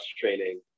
training